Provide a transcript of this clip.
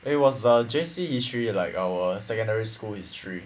eh was the J_C history like our secondary school history